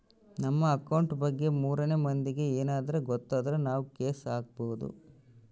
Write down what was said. ನಮ್ ಅಕೌಂಟ್ ಬಗ್ಗೆ ಮೂರನೆ ಮಂದಿಗೆ ಯೆನದ್ರ ಗೊತ್ತಾದ್ರ ನಾವ್ ಕೇಸ್ ಹಾಕ್ಬೊದು